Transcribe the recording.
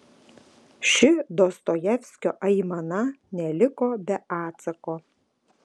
ši dostojevskio aimana neliko be atsako